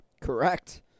Correct